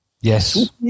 Yes